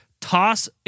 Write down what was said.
toss